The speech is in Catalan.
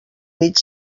nit